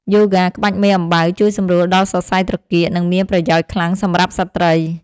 យូហ្គាក្បាច់មេអំបៅ ជួយសម្រួលដល់សរសៃត្រគាក និងមានប្រយោជន៍ខ្លាំងសម្រាប់ស្ត្រី។